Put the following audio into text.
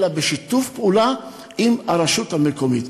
אלא בשיתוף פעולה עם הרשות המקומית.